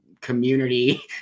community